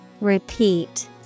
Repeat